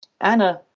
Anna